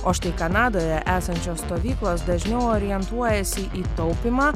o štai kanadoje esančios stovyklos dažniau orientuojasi į taupymą